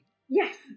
Yes